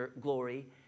glory